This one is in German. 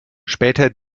später